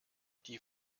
die